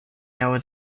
know